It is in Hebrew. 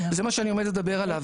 זה מה שאני עומד לדבר עליו,